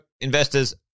investors